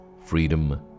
Freedom